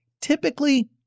typically